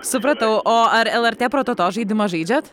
supratau o ar lrt prototo žaidimą žaidžiat